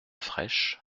fraîche